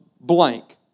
blank